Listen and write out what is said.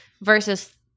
versus